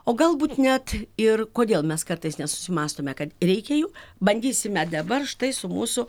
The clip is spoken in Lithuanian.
o galbūt net ir kodėl mes kartais nesusimąstome kad reikia jų bandysime dabar štai su mūsų